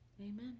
Amen